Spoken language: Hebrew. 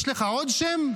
יש לך עוד שם?